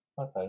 okay